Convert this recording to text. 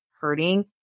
hurting